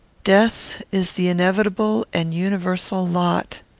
death is the inevitable and universal lot.